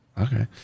Okay